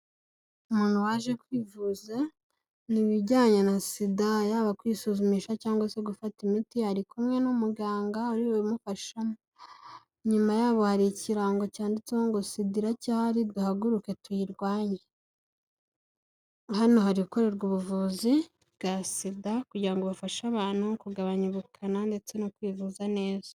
Umuntu waje kwivuza, ni ibijyanye na Sida yaba kwisuzumisha cyangwa se gufata imiti, ari kumwe n'umuganga aribubimufamo, nyuma yaho hari ikirango cyanditseho ngo:"Sida iracyahari duhaguruke tuyirwanye." Hano hakorerwa ubuvuzi bwa Sida, kugira ngo bafashe abantu kugabanya ubukana ndetse no kwivuza neza.